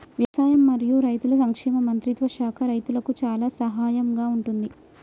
వ్యవసాయం మరియు రైతుల సంక్షేమ మంత్రిత్వ శాఖ రైతులకు చాలా సహాయం గా ఉంటుంది